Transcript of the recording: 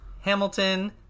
hamilton